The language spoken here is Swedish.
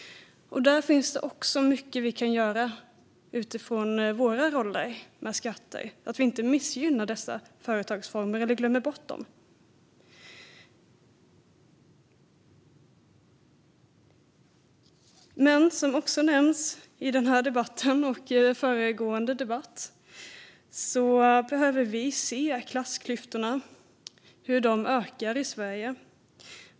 Där finns det också mycket vi kan göra utifrån våra roller, med skatter, så att vi inte missgynnar eller glömmer bort dessa företagsformer. Som nämnts i både denna och föregående debatt behöver vi också se hur klassklyftorna ökar i Sverige.